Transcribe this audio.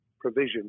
provision